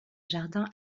jardin